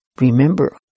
remember